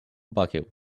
bucket